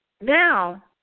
Now